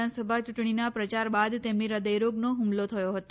વિધાનસભા ચૂંટણીના પ્રચાર બાદ તેમને હૃદયરોગનો હુમલો થયો હતો